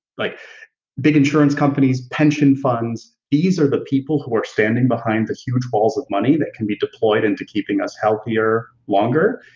like big insurance companies, pension funds, these are the people who are standing behind the huge walls of money that can be deployed into keeping us healthier longer,